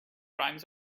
rhymes